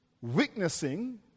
witnessing